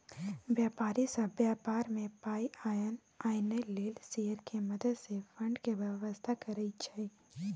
व्यापारी सब व्यापार में पाइ आनय लेल शेयर के मदद से फंड के व्यवस्था करइ छइ